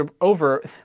over